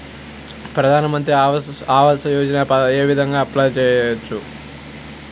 ప్రధాన మంత్రి ఆవాసయోజనకి ఏ విధంగా అప్లే చెయ్యవచ్చు?